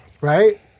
right